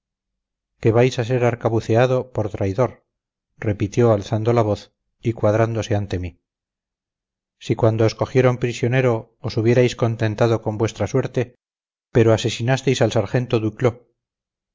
que vais a ser arcabuceado por traidor repitió alzando la voz y cuadrándose ante mí si cuando os cogieron prisionero os hubierais contentado con vuestra suerte pero asesinasteis al sargento duclós